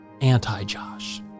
anti-Josh